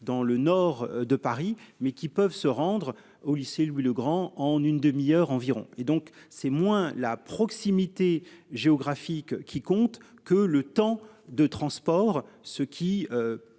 dans le nord de Paris mais qui peuvent se rendre au lycée Louis-le-Grand en une demi-heure environ et donc c'est moins la proximité géographique qui compte que le temps de transport ce qui.